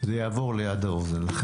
זה יעבור ליד האוזן.